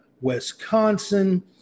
Wisconsin